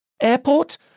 Airport